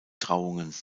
trauungen